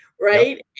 right